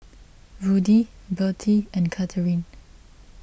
Rudy Bertie and Katheryn